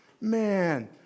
man